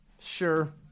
Sure